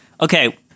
Okay